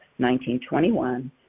1921